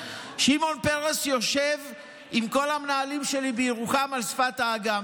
שמעון פרס ישב עם כל המנהלים שלי בירוחם על שפת האגם,